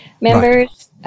members